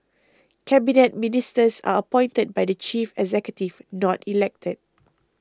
Cabinet Ministers are appointed by the chief executive not elected